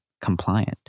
compliant